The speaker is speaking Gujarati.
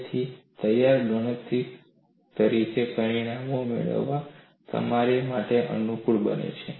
તેથી તૈયાર ગણતરીકાર તરીકે પરિણામો મેળવવી તમારા માટે અનુકૂળ બને છે